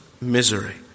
misery